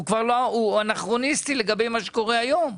הוא אנכרוניסטי לגבי מה שקורה היום.